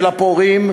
של הפורעים,